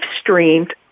streamed